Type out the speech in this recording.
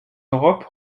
europe